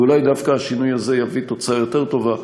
ואולי דווקא השינוי הזה יביא תוצאה יותר טובה.